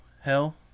Hell